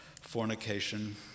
fornication